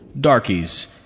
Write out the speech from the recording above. darkies